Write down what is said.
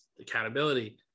accountability